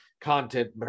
content